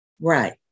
Right